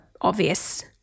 obvious